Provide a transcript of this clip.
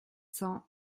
cents